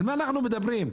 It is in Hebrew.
על מה אנחנו מדברים?